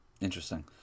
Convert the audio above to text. Interesting